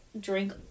drink